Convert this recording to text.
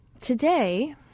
today